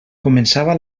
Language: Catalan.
començava